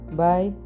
bye